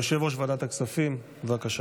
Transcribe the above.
יושב-ראש ועדת הכספים, בבקשה.